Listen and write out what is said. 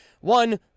One